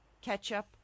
ketchup